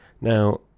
Now